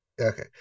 Okay